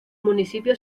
municipio